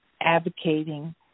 advocating